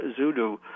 Zudu